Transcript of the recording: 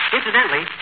Incidentally